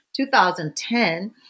2010